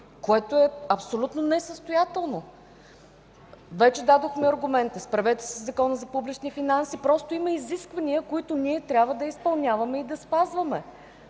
което е абсолютно несъстоятелно. Вече дадохме аргументи. Справете се със Закона за публичните финанси. Просто има изисквания, които ние трябва да изпълняваме и спазваме.